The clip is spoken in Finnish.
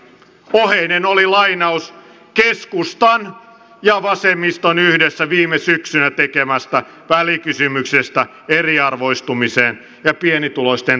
oheinen oli lainaus keskustan ja vasemmiston yhdessä viime syksynä tekemästä välikysymyksestä eriarvoistumisesta ja pienituloisten toimeentulosta